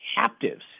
captives